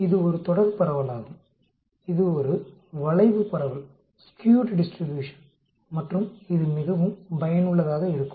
இது ஒரு தொடர் பரவலாகும் இது ஒரு வளைவு பரவல் மற்றும் இது மிகவும் பயனுள்ளதாக இருக்கும்